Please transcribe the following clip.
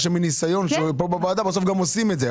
שמניסיון שפה בוועדה בסוף גם עושים את זה,